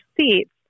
seats